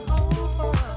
over